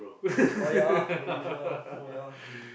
oh ya Malaysia oh ya